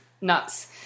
nuts